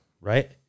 right